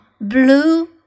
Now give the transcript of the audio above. blue